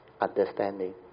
understanding